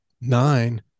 nine